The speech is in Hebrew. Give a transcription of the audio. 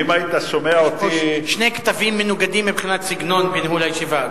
יש פה שני קטבים מנוגדים מבחינת סגנון ניהול הישיבה,